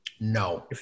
No